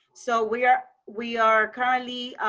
so we are we are currently